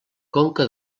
conca